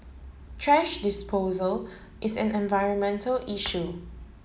Thrash disposal is an environmental issue